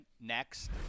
next